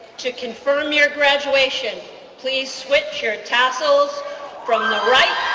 to confirm your graduation please switch your tassels from the right